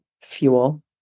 fuel